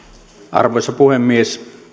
arvoisa puhemies